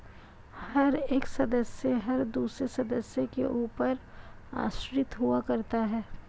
हर एक सदस्य हर दूसरे सदस्य के ऊपर आश्रित हुआ करता है